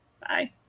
bye